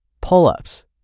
pull-ups